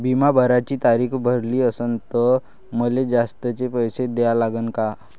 बिमा भराची तारीख भरली असनं त मले जास्तचे पैसे द्या लागन का?